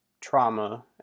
trauma